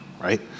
right